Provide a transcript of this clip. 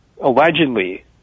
allegedly